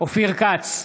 אופיר כץ,